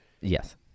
Yes